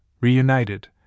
reunited